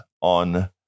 on